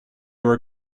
were